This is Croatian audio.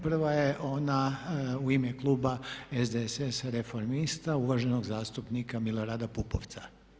Prva je ona u ime kluba SDSS-a Reformista uvaženog zastupnika Milorada Pupovca.